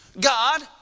God